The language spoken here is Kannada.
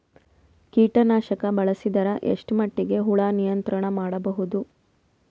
ಕೀಟನಾಶಕ ಬಳಸಿದರ ಎಷ್ಟ ಮಟ್ಟಿಗೆ ಹುಳ ನಿಯಂತ್ರಣ ಮಾಡಬಹುದು?